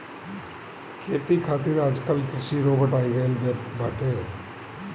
खेती खातिर आजकल कृषि रोबोट आ गइल बाटे